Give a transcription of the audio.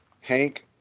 Hank